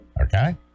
okay